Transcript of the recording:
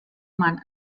man